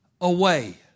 away